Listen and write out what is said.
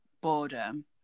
boredom